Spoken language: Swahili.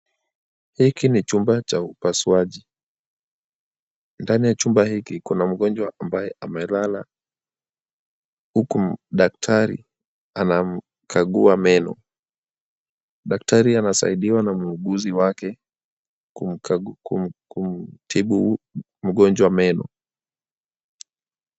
Hiki ni chumba cha upasuaji. Ndani ya chumba hiki kuna mgonjwa ambaye amelala huku daktari anamkagua meno. Daktari anasaidiwa na muuguzi wake kumtibu mgonjwa meno.